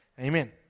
Amen